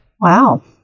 Wow